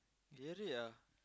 gerek ah